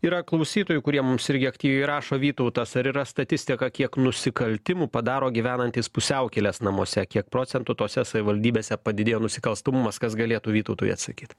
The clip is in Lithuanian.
yra klausytojų kurie mums irgi aktyviai rašo vytautas ar yra statistika kiek nusikaltimų padaro gyvenantys pusiaukelės namuose kiek procentų tose savivaldybėse padidėjo nusikalstamumas kas galėtų vytautui atsakyt